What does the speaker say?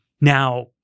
now